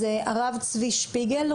אז הרב צבי שפיגל,